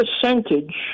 percentage